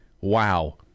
Wow